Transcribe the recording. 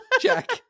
jack